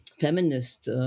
feminist